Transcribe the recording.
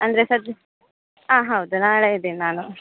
ಅಂದರೆ ಸರ್ಜಿ ಹಾಂ ಹೌದು ನಾಳೆ ಇದೀನಿ ನಾನು